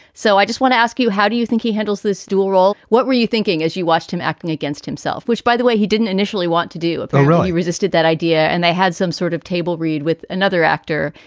so i just want to ask you, how do you think he handles this dual role? what were you thinking as you watched him acting against himself, which, by the way, he didn't initially want to do? but really resisted that idea. and they had some sort of table read with another actor.